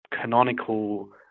canonical